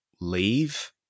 leave